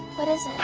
what is